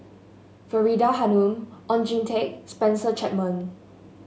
Faridah Hanum Oon Jin Teik Spencer Chapman